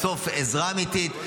בסוף, עזרה אמיתית.